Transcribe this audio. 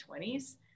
20s